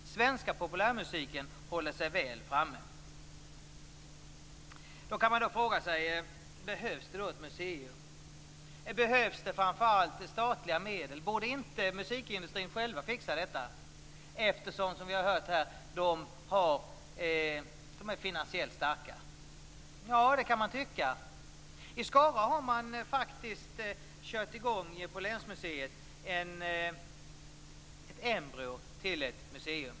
Den svenska populärmusiken håller sig väl framme. Man kan fråga sig om det behövs ett museum och framför allt om det behövs statliga pengar till ett sådant. Borde inte musikindustrin själv fixa detta? Vi har ju hört här att den är finansiellt stark. Det kan man tycka. På länsmuseet i Skara har man faktiskt kört i gång med ett embryo till ett museum.